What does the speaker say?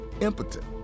impotent